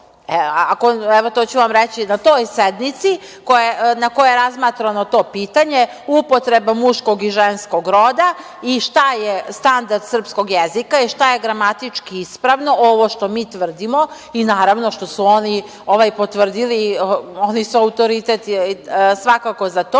evo tu ću vam reći, na toj sednici na kojoj je razmatrano to pitanje upotrebom muškog i ženskog roda i šta je standard srpskog jezika i šta je gramatički ispravno, ovo što mi tvrdimo i naravno što su oni potvrdili, oni su autoritet svakako za to.